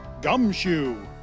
Gumshoe